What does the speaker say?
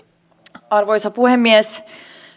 arvoisa puhemies